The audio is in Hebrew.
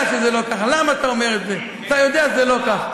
אבל אני אומר לך אותה,